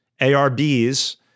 ARBs